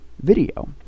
video